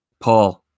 Paul